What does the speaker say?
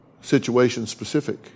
situation-specific